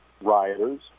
rioters